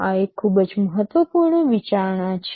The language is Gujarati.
આ એક ખૂબ જ મહત્વપૂર્ણ વિચારણા છે